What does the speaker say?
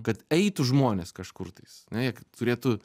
kad eitų žmonės kažkur tais ana jie turėtų